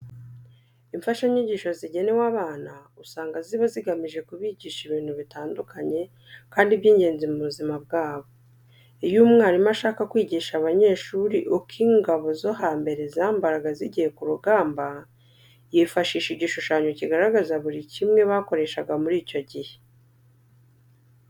Imfashanyigisho zigenewe abana usanga riba rigamije kubigisha ibintu bitandukanye kandi by'ingenzi mu buzima bwabo. Iyo umwarimu ashaka kwigisha abanyeshuri uko ingabo zo hambere zambaraga zigiye ku rugamba yifashisha igishushanyo kigaragaza buri kimwe bakoreshaga muri icyo gihe.